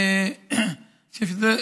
ושזאת